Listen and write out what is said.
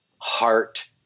heart